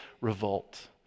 revolt